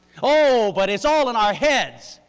oh, but it's all in our heads,